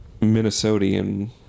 Minnesotian